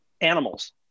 animals